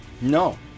No